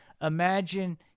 imagine